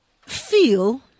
feel